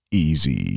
Easy